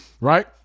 right